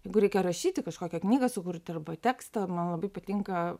jeigu reikia rašyti kažkokią knygą sukurti arba tekstą man labai patinka